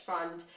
Fund